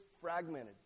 fragmented